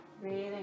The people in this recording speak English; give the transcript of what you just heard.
Breathing